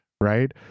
right